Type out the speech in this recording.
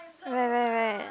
right right right